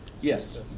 Yes